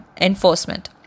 enforcement